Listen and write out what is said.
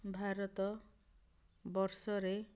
ଭାରତ ବର୍ଷରେ